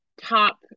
Top